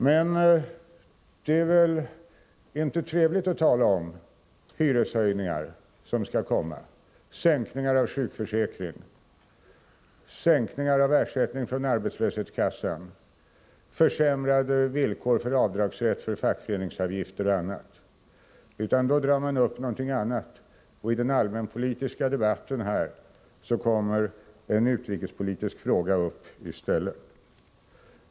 Men det är väl inte trevligt att tala om hyreshöjningar som skall komma, sänkningar av sjukförsäkringsersättningen, sänkningar av ersättningen från arbetslöshetskassan, försämrade villkor för avdragsrätten för fackföreningsavgifter och annat. Då drar man i stället fram andra saker, och i den allmänpolitiska debatten här kommer i stället en utrikespolitisk fråga upp till debatt.